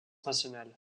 nationale